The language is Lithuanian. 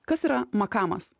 kas yra makamas